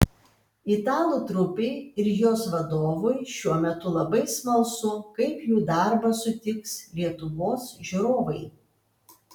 italų trupei ir jos vadovui šiuo metu labai smalsu kaip jų darbą sutiks lietuvos žiūrovai